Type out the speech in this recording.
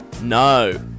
No